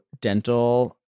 dental